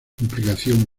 implicación